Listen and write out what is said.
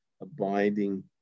abiding